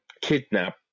kidnap